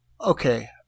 Okay